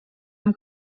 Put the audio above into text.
amb